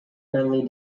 friendly